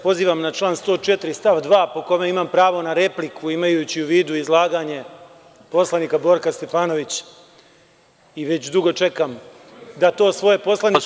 Pozivam vam se na član 104. stav 2. po kome imam pravo na repliku, imajući u vidu izlaganje poslanika Borka Stefanovića i već dugo čekam na to svoje poslaničko pravo.